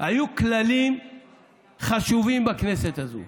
היו כללים חשובים בכנסת הזאת.